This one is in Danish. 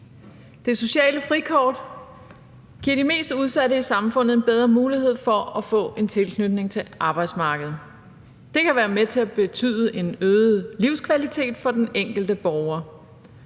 Det sociale frikort giver de mest udsatte i samfundet en bedre mulighed for at få en tilknytning til arbejdsmarkedet. Det kan være med til at give en øget livskvalitet for den enkelte borger.